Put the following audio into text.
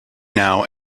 now